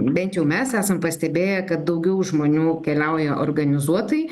bent jau mes esam pastebėję kad daugiau žmonių keliauja organizuotai